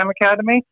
academy